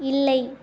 இல்லை